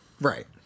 Right